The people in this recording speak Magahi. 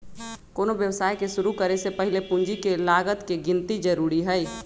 कोनो व्यवसाय के शुरु करे से पहीले पूंजी के लागत के गिन्ती जरूरी हइ